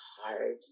hard